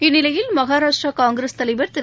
இந்நிலையில் மகாராஷ்டிரா காங்கிரஸ் தலைவர் திரு